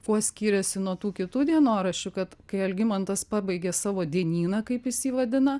kuo skyrėsi nuo tų kitų dienoraščių kad kai algimantas pabaigė savo dienyną kaip jis jį vadina